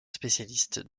spécialistes